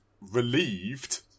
relieved